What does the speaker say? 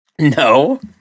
no